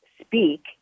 speak